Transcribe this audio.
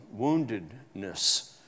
woundedness